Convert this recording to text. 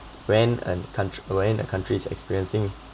when an country when a country is experiencing